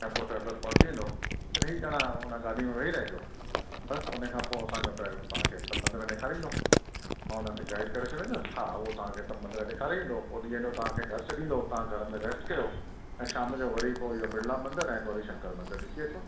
ट्रैम्पो driver पहुची वेंदो सही तरह हुन गाॾी में वेही रहिजो बसि हुन खां पोइ असांजो ड्राइवर तव्हांखे सभु मंदर ॾेखारींदो मां हुन खे गाइड करे छॾींदुमि हा हो तव्हां खे सभु मंदर ॾेखारे ईंदो पोइ ॾींह जो तव्हां खे घरु छॾींदो घर में रैस्ट कयो ऐं शाम जो वरी पोइ इहो बिरला मंदर ऐं गौरी शंकर मंदर ॾिसी अचो